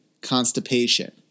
constipation